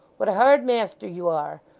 what a hard master you are!